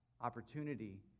opportunity